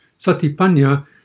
Satipanya